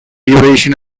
duration